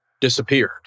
disappeared